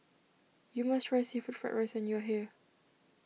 you must try Seafood Fried Rice when you are here